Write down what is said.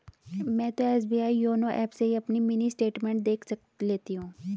मैं तो SBI YONO app से ही अपनी मिनी स्टेटमेंट देख लेती हूँ